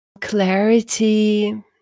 clarity